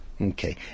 Okay